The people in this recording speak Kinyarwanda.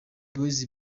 boyz